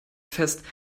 fest